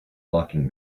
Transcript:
locking